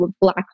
black